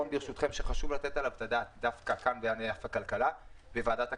חשוב לתת את הדעת דווקא כאן, בוועדת הכלכלה,